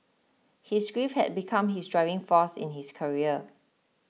his grief had become his driving force in his career